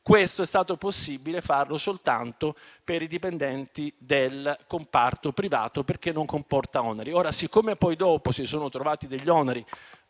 è stato possibile farlo soltanto per i dipendenti del comparto privato, perché non comporta oneri. Siccome poi dopo si sono trovati degli oneri